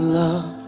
love